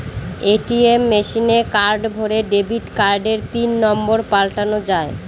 ATM মেশিনে card ভোরে debit কার্ডের পিন নম্বর পাল্টানো যায়